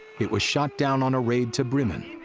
it was shot down on a raid to bremen.